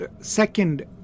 second